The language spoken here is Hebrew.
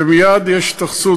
ומייד יש התייחסות.